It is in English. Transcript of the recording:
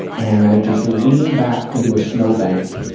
and i just leaned back into a snow bank.